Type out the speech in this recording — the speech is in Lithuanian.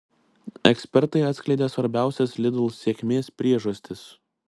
ekspertai atskleidė svarbiausias lidl sėkmės priežastis